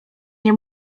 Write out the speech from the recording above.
nie